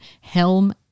Helm